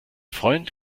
freund